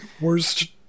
worst